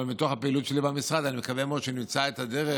אבל מתוך הפעילות שלי במשרד אני מקווה מאוד שנמצא את הדרך,